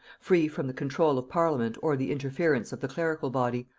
free from the control of parliament or the interference of the clerical body,